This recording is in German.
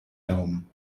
daumen